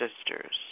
sisters